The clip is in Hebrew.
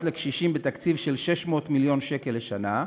לקשישים בתקציב של 600 מיליון שקל לשנה,